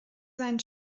seinen